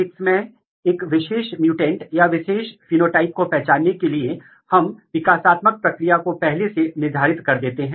दूसरी ओर यदि इस म्युटेंट म्यूटेशन में यदि हम यह मान लेते हैं कि जीन A में और यहां दूसरे जीन B जो कि विकासात्मक प्रक्रिया में उसी तरह की भूमिका निभा रहा है